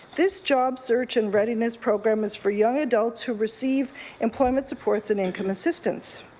this job search and readiness program is for young adults who receive employment supports and income assistance.